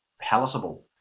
palatable